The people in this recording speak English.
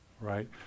right